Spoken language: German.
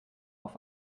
auf